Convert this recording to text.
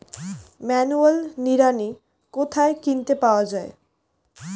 Manual নিড়ানি কোথায় কিনতে পাওয়া যায়?